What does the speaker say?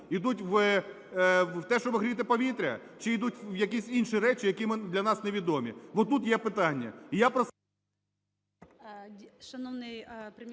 Ідуть в те, щоб гріти повітря? Чи йдуть в якісь інші речі, які для нас невідомі. От тут є питання.